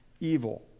evil